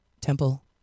temple